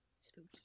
Spooky